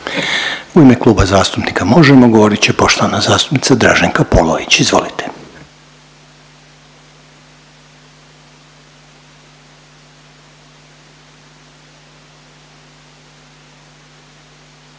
U ime Kluba zastupnika Možemo! govorit će poštovana zastupnica Draženka Polović. Izvolite.